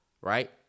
right